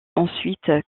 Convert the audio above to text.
ensuite